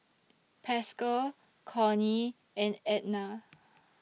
Pascal Cornie and Edna